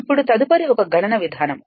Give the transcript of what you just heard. ఇప్పుడు తదుపరి ఒక గణన విధానం